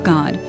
God